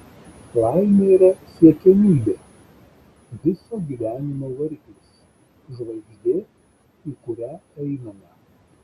laimė yra siekiamybė viso gyvenimo variklis žvaigždė į kurią einame